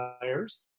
players